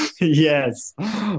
yes